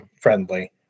friendly